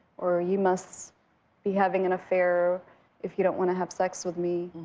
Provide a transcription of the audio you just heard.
or you must be having an affair if you don't want to have sex with me.